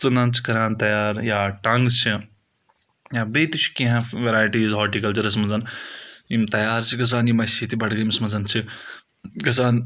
ژٕنن چھِ کَران تَیار یا ٹنٛگ چھِ یا بیٚیہِ تہِ چھُ کینٛہہ ویرایٹیٖز ہاٹِکَلچرس منٛز یِم تیار چھِ گژھان یِم اَسہِ ییٚتہِ بڈگٲمِس منٛز چھِ گژھان